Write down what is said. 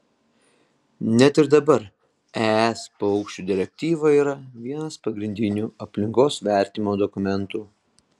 net ir dabar es paukščių direktyva yra vienas pagrindinių aplinkos vertinimo dokumentų